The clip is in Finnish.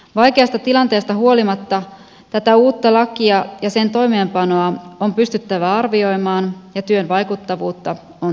vaikeasta tilanteesta huolimatta tätä uutta lakia ja sen toimeenpanoa on pystyttävä arvioimaan ja työn vaikuttavuutta on tutkittava